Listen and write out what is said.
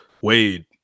Wade